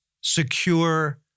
secure